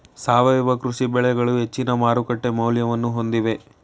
ಸಾವಯವ ಕೃಷಿ ಬೆಳೆಗಳು ಹೆಚ್ಚಿನ ಮಾರುಕಟ್ಟೆ ಮೌಲ್ಯವನ್ನು ಹೊಂದಿವೆ